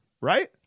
right